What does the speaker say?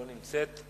לא נמצאת.